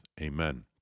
Amen